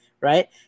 right